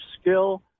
skill